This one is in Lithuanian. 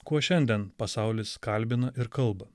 kuo šiandien pasaulis kalbina ir kalba